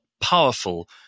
powerful